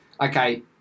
okay